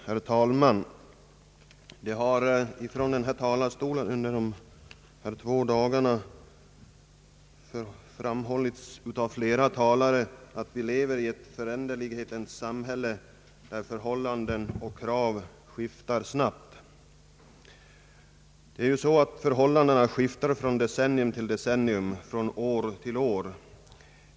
Herr talman! Flera talare har under de här två dagarna från denna plats framhållit att vi lever i ett föränderlighetens samhälle, där förhållanden och krav skiftar snabbt. Förhållandena skiftar från decennium till decennium, från år till år.